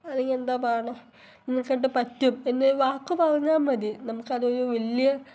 അല്ലെങ്കിൽ എന്താണ് പറയുന്നത് നിന്നെക്കൊണ്ട് പറ്റും എന്നൊരു വാക്ക് പറഞ്ഞാൽ മതി നമുക്ക് അതൊരു വലിയ